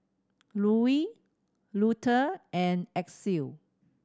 Louie Luther and Axel